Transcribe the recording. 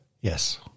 Yes